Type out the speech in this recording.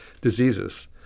diseases